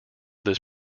this